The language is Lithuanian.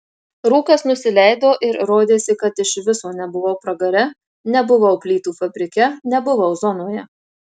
rūkas nusileido ir rodėsi kad iš viso nebuvau pragare nebuvau plytų fabrike nebuvau zonoje